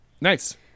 nice